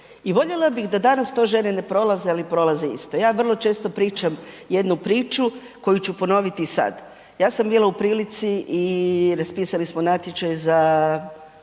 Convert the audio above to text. I voljela bih da danas to žene ne prolaze, ali prolaze isto. Ja vrlo često pričam jednu priču koju ću ponoviti i sada. Ja sam bila u prilici i raspisali smo natječaj za